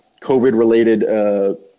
COVID-related